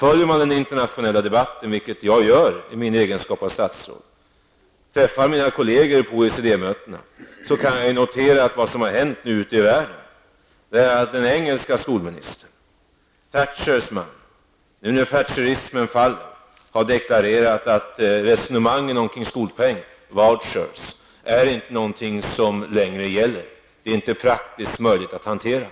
Följer man den internationella debatten, vilket jag gör i min egenskap av statsråd -- jag träffar mina kollegor på OECD-möten -- kan man notera vad som hänt ute i världen. Det som hänt är att den engelska skolministern, Thatchers man, när thatcherismen fallit, har deklarerat att resonemangen om en skolpeng, vouchers, inte är någonting som längre gäller -- den är inte praktiskt möjlig att hantera.